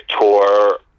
tour